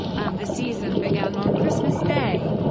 and the season began on christmas day.